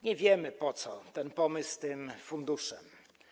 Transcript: Nie wiemy, po co jest ten pomysł z tym funduszem.